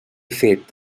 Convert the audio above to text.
fet